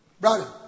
Brother